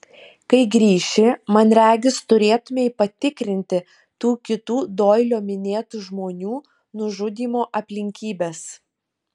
kai grįši man regis turėtumei patikrinti tų kitų doilio minėtų žmonių nužudymo aplinkybes